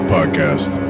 Podcast